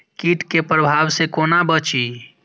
कीट के प्रभाव से कोना बचीं?